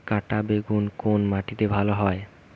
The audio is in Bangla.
কাঁটা বেগুন কোন মাটিতে ভালো হয়?